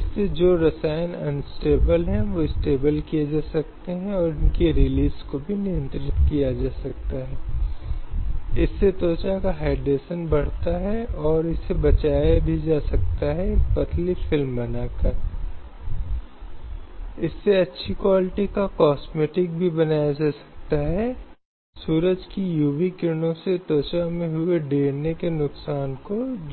इसलिए जिस किसी के अधिकार का उल्लंघन किया गया है वह अनुच्छेद 32 के तहत सर्वोच्च न्यायालय का रुख कर सकता है और परिणामी लेख उच्च न्यायालय के लिए यह अनुच्छेद 226 है जहां न केवल मौलिक अधिकारों के लिए बल्कि किसी अन्य कानूनी अधिकार के उल्लंघन के लिए कोई भी नागरिक भारतीय संविधान के भाग 3 में गारंटी कृत अधिकारों के प्रवर्तन के लिए उचित कार्यवाही करके उच्च न्यायालय या उच्चतम न्यायालय का